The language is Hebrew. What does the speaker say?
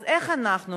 אז איך אנחנו,